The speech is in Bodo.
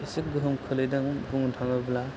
एसे गोहोम खोलैदों बुंनो थाङोब्ला